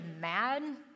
mad